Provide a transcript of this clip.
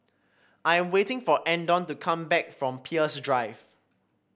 I am waiting for Andon to come back from Peirce Drive